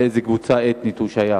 לאיזה קבוצה אתנית הוא שייך.